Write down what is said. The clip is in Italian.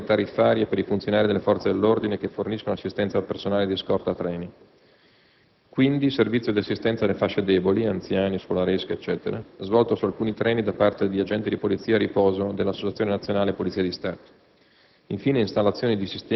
passeggeri: agevolazioni tariffarie per i funzionari delle forze dell'ordine che forniscono assistenza al personale di scorta treni; servizio di assistenza alle fasce deboli (anziani, scolaresche, eccetera) svolto su alcuni treni da parte di agenti di polizia a riposo dell'ANPS (Associazione nazionale Polizia di Stato);